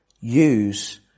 use